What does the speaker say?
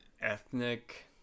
ethnic